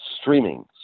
streaming